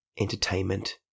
entertainment